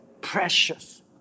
precious